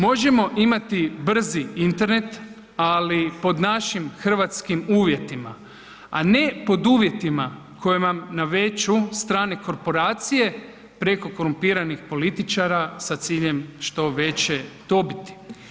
Možemo imati brzi internet, ali pod našim hrvatskim uvjetima, a ne pod uvjetima koje nam nameću strane korporacije preko korumpiranih političara sa ciljem što veće dobiti.